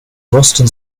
boston